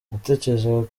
natekerezaga